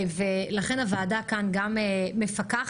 ולכן הוועדה כאן גם מפקחת,